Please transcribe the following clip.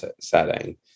setting